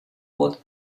both